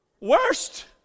worst